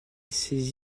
ces